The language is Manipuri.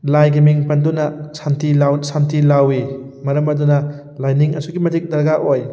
ꯂꯥꯏꯒꯤ ꯃꯤꯡ ꯄꯟꯗꯨꯅ ꯁꯥꯟꯇꯤ ꯂꯥꯎ ꯁꯥꯟꯇꯤ ꯂꯥꯎꯋꯤ ꯃꯔꯝ ꯑꯗꯨꯅ ꯂꯥꯏꯅꯤꯡ ꯑꯁꯨꯛꯀꯤ ꯃꯇꯤꯀ ꯗꯔꯀꯥꯔ ꯑꯣꯏ